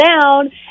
down